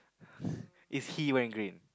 is he wearing green